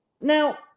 Now